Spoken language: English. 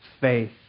faith